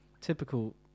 Typical